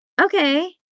okay